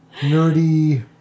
Nerdy